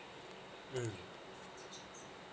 mm